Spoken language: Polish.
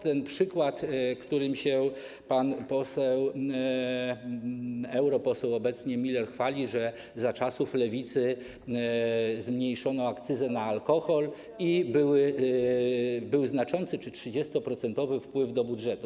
Ten przykład, którym się pan poseł, europoseł obecnie, Miller chwali, że za czasów Lewicy zmniejszono akcyzę na alkohol i był znaczący czy trzydziestoprocentowy wpływ do budżetu.